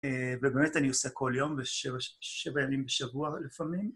ובאמת אני עושה כל יום ושבע שנים בשבוע לפעמים.